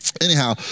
anyhow